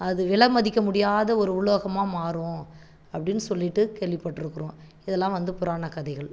அது விலை மதிக்க முடியாத ஒரு உலோகமாக மாறும் அப்படின்னு சொல்லிவிட்டு கேள்விப்பட்டுருக்குறோம் இதெல்லாம் வந்து புராணக் கதைகள்